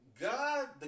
God